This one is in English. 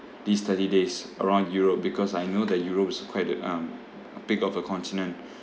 these thirty days around europe because I know that europe is a quite um a big of a continent